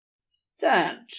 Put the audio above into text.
Stand